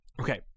Okay